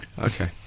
Okay